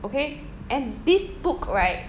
okay and this book right